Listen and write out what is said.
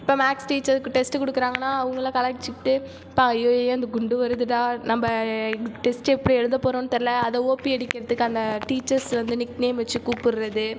இப்போ maths teacher கு test கொடுக்குறாங்கனா அவங்கள கலாய்ச்சிக்கிட்டு பா ஐயையோ இந்த குண்டு வருதுடா நம்ம இன்றைக்கு டெஸ்ட்டு எப்படி எழுதப் போகிறோனு தெரில அதை ஓபி அடிக்கிறத்துக்கு அந்த டீச்சர்ஸ் வந்து நிக்நேம் வச்சுக் கூப்பிட்றது